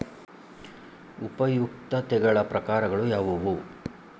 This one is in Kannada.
ಉಪಯುಕ್ತತೆಗಳ ಪ್ರಕಾರಗಳು ಯಾವುವು?